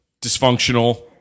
dysfunctional